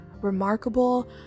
remarkable